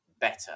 better